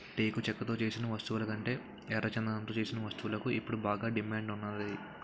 టేకు చెక్కతో సేసిన వస్తువులకంటే ఎర్రచందనంతో సేసిన వస్తువులకు ఇప్పుడు బాగా డిమాండ్ ఉన్నాది